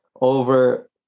over